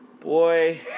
Boy